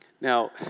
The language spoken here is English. Now